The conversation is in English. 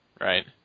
Right